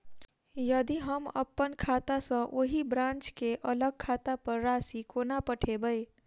यदि हम अप्पन खाता सँ ओही ब्रांच केँ अलग खाता पर राशि कोना पठेबै?